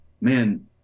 man